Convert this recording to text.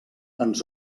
ens